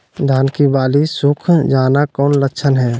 धान की बाली सुख जाना कौन लक्षण हैं?